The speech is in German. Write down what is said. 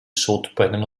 sodbrennen